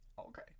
Okay